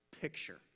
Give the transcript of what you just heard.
picture